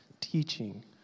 Teaching